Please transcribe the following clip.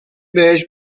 بهش